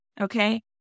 Okay